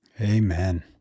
Amen